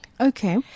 Okay